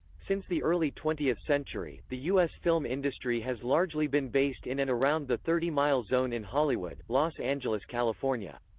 since the early twentieth century, the us film industry has largely been based in and around the thirty mile zone in hollywood, los angeles, california.